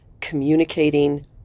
communicating